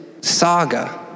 saga